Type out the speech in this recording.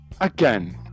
again